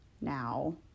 now